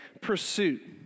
Pursuit